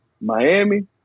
Miami